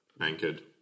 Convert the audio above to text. anchored